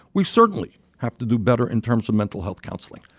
we certainly have to do better in terms of mental health counseling.